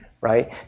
right